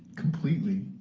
completely.